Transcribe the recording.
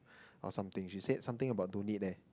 or something she said something about don't need leh